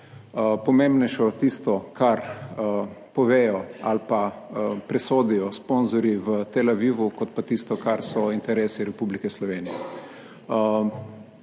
pomembnejše tisto, kar povedo ali pa presodijo sponzorji v Tel Avivu, kot pa tisto, kar so interesi Republike Slovenije.